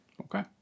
Okay